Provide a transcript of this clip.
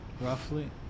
Roughly